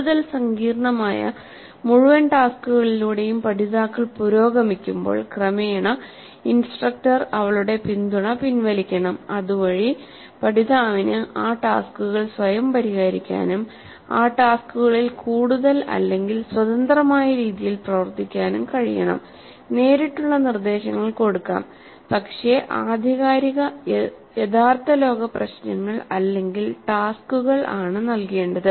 കൂടുതൽ സങ്കീർണ്ണമായ മുഴുവൻ ടാസ്ക്കുകളിലൂടെയും പഠിതാക്കൾ പുരോഗമിക്കുമ്പോൾ ക്രമേണ ഇൻസ്ട്രക്ടർ അവളുടെ പിന്തുണ പിൻവലിക്കണം അതുവഴി പഠിതാവിന് ആ ടാസ്ക്കുകൾ സ്വയം പരിഹരിക്കാനും ആ ടാസ്ക്കുകളിൽ കൂടുതൽ അല്ലെങ്കിൽ സ്വതന്ത്രമായ രീതിയിൽ പ്രവർത്തിക്കാനും കഴിയണം നേരിട്ടുള്ള നിർദ്ദേശങ്ങൾ കൊടുക്കാം പക്ഷേ ആധികാരിക യഥാർത്ഥലോക പ്രശ്നങ്ങൾ അല്ലെങ്കിൽ ടാസ്ക്കുകൾ ആണ് നൽകേണ്ടത്